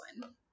one